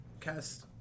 cast